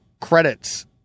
credits